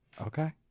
Okay